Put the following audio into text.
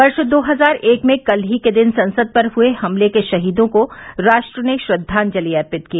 वर्ष दो हजार एक में कल ही के दिन संसद पर हुए हमले के शहीदों को राष्ट्र ने श्रद्वांजलि अर्पित की